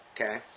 Okay